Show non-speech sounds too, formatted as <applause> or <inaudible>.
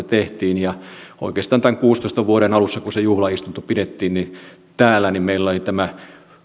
<unintelligible> tehtiin ja oikeastaan tämän vuoden kaksituhattakuusitoista alussa kun se juhlaistunto pidettiin täällä meillä oli tämä